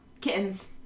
Kittens